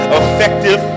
effective